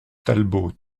talbot